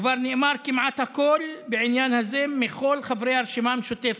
כבר נאמר כמעט הכול בעניין הזה מכל חברי הרשימה המשותפת.